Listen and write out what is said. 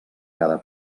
cada